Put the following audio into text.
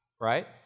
Right